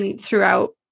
throughout